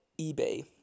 eBay